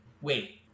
Wait